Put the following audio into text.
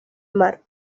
mar